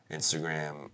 instagram